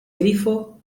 grifo